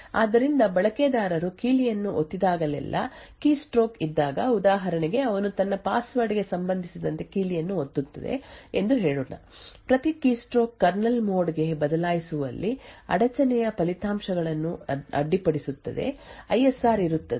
ಆದ್ದರಿಂದ ಬಳಕೆದಾರರು ಕೀಲಿಯನ್ನು ಒತ್ತಿದಾಗಲೆಲ್ಲಾ ಕೀಸ್ಟ್ರೋಕ್ ಇದ್ದಾಗ ಉದಾಹರಣೆಗೆ ಅವನು ತನ್ನ ಪಾಸ್ವರ್ಡ್ ಗೆ ಸಂಬಂಧಿಸಿದಂತೆ ಕೀಲಿಯನ್ನು ಒತ್ತುತ್ತದೆ ಎಂದು ಹೇಳೋಣ ಪ್ರತಿ ಕೀಸ್ಟ್ರೋಕ್ ಕರ್ನಲ್ ಮೋಡ್ ಗೆ ಬದಲಾಯಿಸುವಲ್ಲಿ ಅಡಚಣೆಯ ಫಲಿತಾಂಶಗಳನ್ನು ಅಡ್ಡಿಪಡಿಸುತ್ತದೆ ಐ ಎಸ್ ಆರ್ ಇರುತ್ತದೆ